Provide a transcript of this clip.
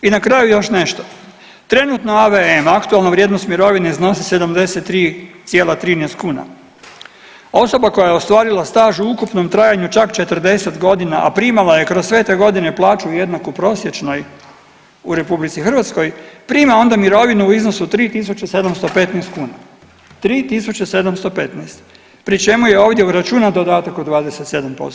I na kraju još nešto trenutno AVM, aktualna vrijednost mirovine iznosi 73,13 kuna, osoba koja je ostvarila staž u ukupnom trajanju čak 40 godina, a primala je kroz sve te godine plaću jednaku prosječnoj u RH prima onda mirovinu u iznosu 3.715 kuna, 3.715 pri čemu je ovdje uračunat dodatak od 27%